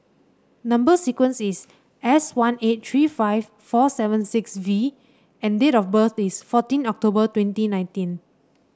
number sequence is S one eight three five four seven six V and date of birth is fourteen October twenty nineteen